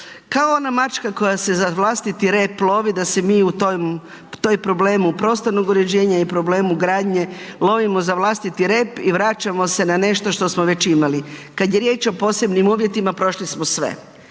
kao ona mačka koja se za vlastiti rep lovi, da se mi u toj problemu prostornog uređenja i problemu gradnje lovimo za vlastiti rep i vraćamo se na nešto što smo već imali. Kada je riječ o posebnim uvjetima, prošli smo sve.